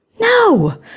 No